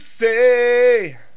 say